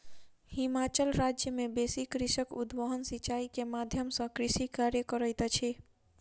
हिमाचल राज्य मे बेसी कृषक उद्वहन सिचाई के माध्यम सॅ कृषि कार्य करैत अछि